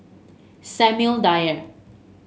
Samuel Dyer